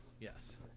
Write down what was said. yes